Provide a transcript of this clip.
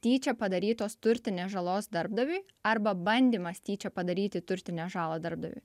tyčia padarytos turtinės žalos darbdaviui arba bandymas tyčia padaryti turtinę žalą darbdaviui